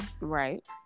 Right